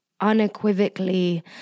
unequivocally